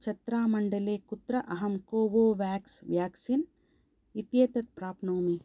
छत्रामण्डले कुत्र अहं Covovax vaccine इत्येतत् प्राप्नोमि